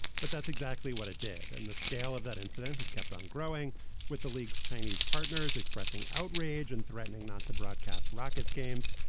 but that's exactly what it did. and the scale of that incident has kept on growing with the league's chinese partners expressing outrage and threatening not to broadcast rockets games.